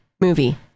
movie